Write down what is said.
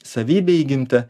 savybę įgimtą